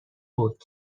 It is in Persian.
بود